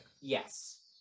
Yes